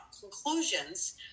conclusions